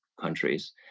countries